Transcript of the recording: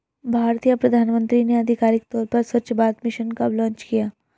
भारतीय प्रधानमंत्री ने आधिकारिक तौर पर स्वच्छ भारत मिशन कब लॉन्च किया?